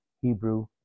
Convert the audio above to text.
Hebrew